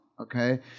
okay